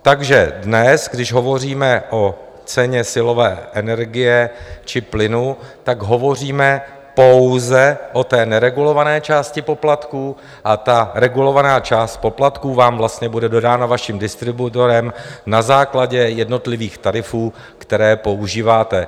Takže dnes, když hovoříme o ceně silové energie či plynu, tak hovoříme pouze o té neregulované části poplatků, a ta regulovaná část poplatků vám vlastně bude dodána vaším distributorem na základě jednotlivých tarifů, které používáte.